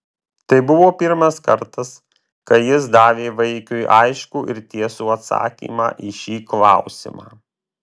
tai buvo pirmas kartas kai jis davė vaikiui aiškų ir tiesų atsakymą į šį klausimą